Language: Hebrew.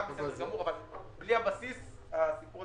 זה בסדר גמור, אבל בלי הבסיס התיקון לא יספיק.